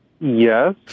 Yes